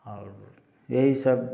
और यही सब